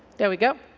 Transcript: there we go.